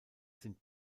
sind